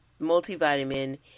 multivitamin